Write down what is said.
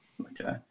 Okay